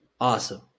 Awesome